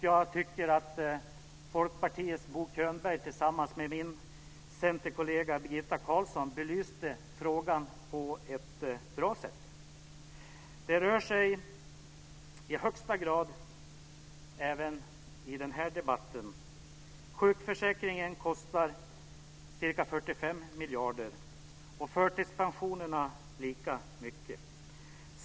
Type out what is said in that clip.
Jag tycker att Folkpartiets Bo Könberg tillsammans med min centerkollega Birgitta Carlsson belyste frågan på ett bra sätt. Den rör i högsta grad även den här debatten. Sjukförsäkringen kostar ca 45 miljarder och förtidspensionerna lika mycket.